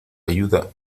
ayuda